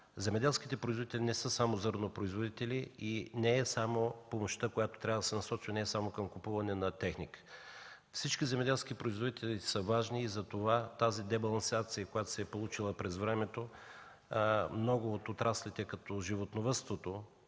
земеделските производители не са само зърнопроизводители и не само помощта да трябва да се насочва за закупуване на техника. Всички земеделски производители са съгласни и затова при тази дебалансация, която се е получила през времето, много от отраслите като животновъдство,